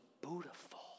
beautiful